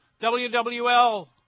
WWL